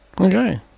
Okay